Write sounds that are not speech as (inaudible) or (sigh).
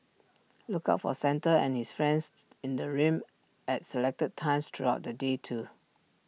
(noise) look out for Santa and his friends in the rim at selected times throughout the day too